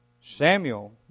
Samuel